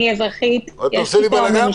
אל תעשה לי פה בלגאן.